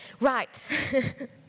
Right